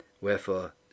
wherefore